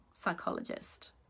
psychologist